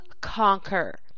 conquer